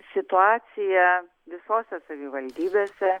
situaciją visose savivaldybėse